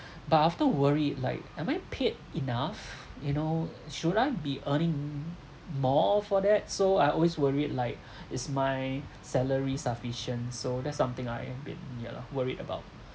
but after worried like am I paid enough you know should I be earning more for that so I always worried like is my salary sufficient so that's something I've been ya lah worried about